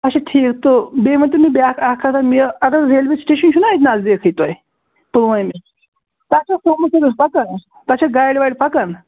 اَچھا ٹھیٖک تہٕ بیٚیہِ ؤنۍتَو مےٚ بیٛاکھ اکھ کتھا اگر ریلوے سِٹیشَن چھُناہ اَتہِ نٔزدیٖکے تۄہہِ پُلوٲمِس تتھ چھا سومو سٔروِس پَکان تتھ چھَ گاڑِ واڑِ پَکان